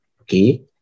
okay